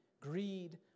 greed